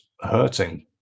hurting